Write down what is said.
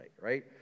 right